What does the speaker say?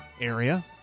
area